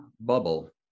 bubble